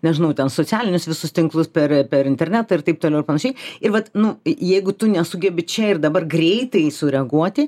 nežinau ten socialinius visus tinklus per per internetą ir taip toliau ir panašiai ir vat nu jeigu tu nesugebi čia ir dabar greitai sureaguoti